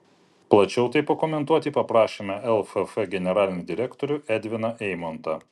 plačiau tai pakomentuoti paprašėme lff generalinį direktorių edviną eimontą